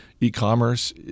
e-commerce